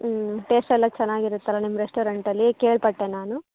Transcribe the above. ಹ್ಞೂ ಟೇಸ್ಟ್ ಎಲ್ಲ ಚೆನ್ನಾಗಿರುತ್ತಲಾ ನಿಮ್ಮ ರೆಸ್ಟೋರೆಂಟಲ್ಲಿ ಕೇಳ್ಪಟ್ಟೆ ನಾನು